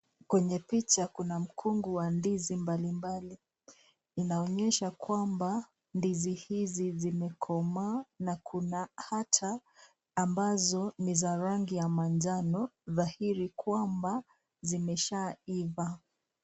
Kwenye picha kuna mkungu wa ndizi mbalimbali. Inaonyesha kwamba ndizi hizi zimekomaa na kuna hata ambazo ni za rangi ya manjano, dhahiri kwamba zimeshaiva.